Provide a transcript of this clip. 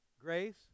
grace